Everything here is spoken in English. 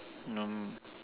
hmm